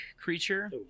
creature